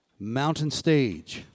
MountainStage